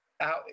out